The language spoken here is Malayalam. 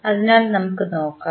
അതിനാൽ നമുക്ക് നോക്കാം